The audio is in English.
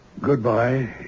Goodbye